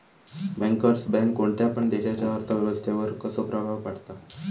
Bankers bank कोणत्या पण देशाच्या अर्थ व्यवस्थेवर कसो प्रभाव पाडता?